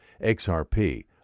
XRP